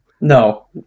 no